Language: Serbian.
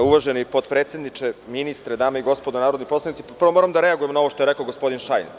Uvaženi potpredsedniče, ministre, dame i gospodo narodni poslanici, prvo moram da reagujem na ovo što je rekao gospodin Šajn.